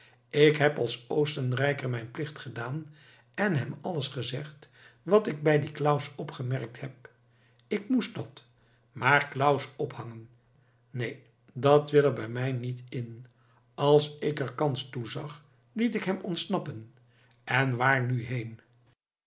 ik heb als oostenrijker mijn plicht gedaan en hem alles gezegd wat ik bij dien claus opgemerkt heb ik moest dat maar claus ophangen neen dat wil er bij mij niet in als ik er kans toe zag liet ik hem ontsnappen en waar nu heen